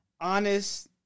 Honest